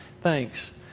Thanks